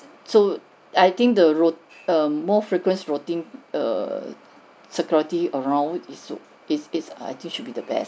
so I think the rout~ err more frequent routing err security around it it's it's I think should be the best